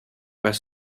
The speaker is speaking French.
pas